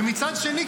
ומצד שני,